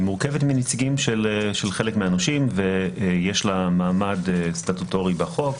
היא מורכבת מנציגים של חלק מהנושים ויש לה מעמד סטטוטורי בחוק,